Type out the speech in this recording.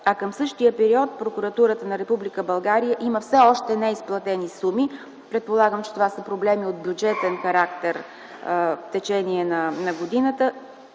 а към същия период прокуратурата на Република България има все още неизплатени суми - предполагам, че това са проблеми от бюджетен характер в течение на годината